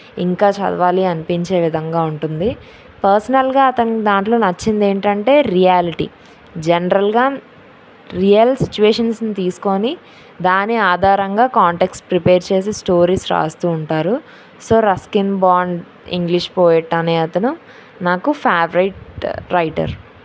ఇంకా చదవాలి అనిపించే విధంగా ఉంటుంది పాస్నల్గా అతని దాంట్లో నచ్చింది ఏంటంటే రియాలిటీ జనరల్గా రియల్ సిట్యుయేషన్ని తీసుకొని దాని ఆధారంగా కాంటెక్స్ట్ ప్రిపేర్ చేసి స్టోరీస్ రాస్తు ఉంటారు so Ruskin Bond English poet అనే అతను నాకు ఫేవరేట్ రైటర్